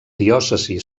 diòcesi